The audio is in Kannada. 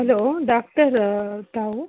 ಹಲೋ ಡಾಕ್ಟರಾ ತಾವು